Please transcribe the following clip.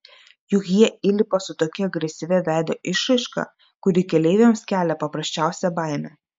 juk jie įlipa su tokia agresyvia veido išraiška kuri keleiviams kelia paprasčiausią baimę